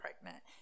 pregnant